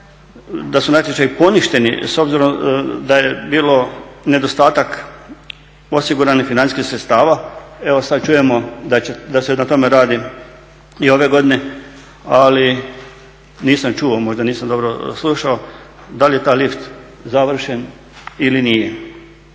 da su najčešće i poništeni s obzirom da je bilo nedostatak osiguranih financijskih sredstava, evo sada čujemo da se na tome radi i ove godine ali nisam čuo, možda nisam dobro slušao da li je taj lift završen ili nije.